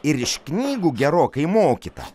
ir iš knygų gerokai mokyta